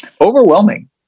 Overwhelming